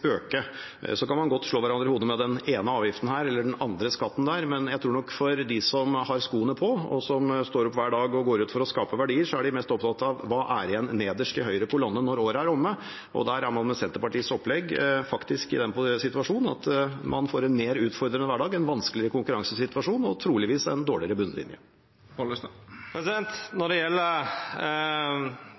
øke. Så kan man godt slå hverandre i hodet med den ene avgiften her eller den andre skatten der, men jeg tror nok at de som har skoene på, og som står opp hver dag og går ut for å skape verdier, er mest opptatt av hva som er igjen nederst i høyre kolonne når året er omme. Og der er man med Senterpartiets opplegg faktisk i den situasjonen at man får en mer utfordrende hverdag, en vanskeligere konkurransesituasjon og trolig en dårligere bunnlinje. Når det